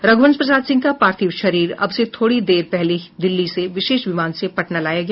रघुवंश प्रसाद सिंह का पार्थिव शरीर अब से थोड़ी देर पहने दिल्ली से विशेष विमान से पटना लाया गया